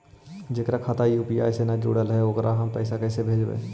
जेकर खाता यु.पी.आई से न जुटल हइ ओकरा हम पैसा कैसे भेजबइ?